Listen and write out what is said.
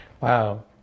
Wow